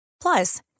Plus